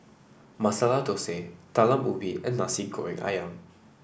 Masala Thosai Talam Ubi and Nasi Goreng ayam